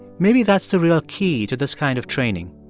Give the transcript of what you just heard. maybe that's the real key to this kind of training.